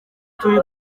turi